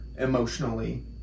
emotionally